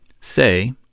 say